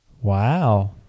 Wow